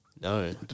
No